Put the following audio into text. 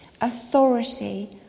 authority